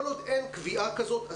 כל עוד אין קביעה כזאת,